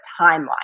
timeline